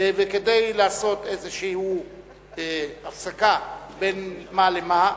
וכדי לעשות איזושהי הפסקה בין מה למה,